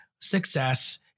success